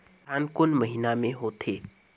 धान कोन महीना मे होथे?